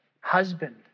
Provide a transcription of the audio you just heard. Husband